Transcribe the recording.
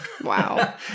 Wow